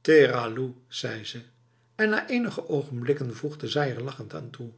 terlaloef zei ze en na enige ogenblikken voegde zij er lachend aan toe